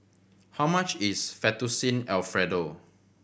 how much is Fettuccine Alfredo